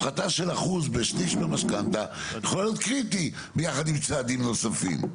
הפחתה של אחוז בשליש מהמשכנתא יכולה להיות קריטית ביחד עם צעדים נוספים.